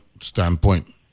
standpoint